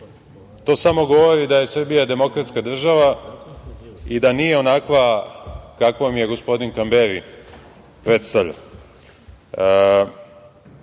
to samo govori da je Srbija demokratska država i da nije onakva kakvom je gospodin Kamberi predstavlja. Ja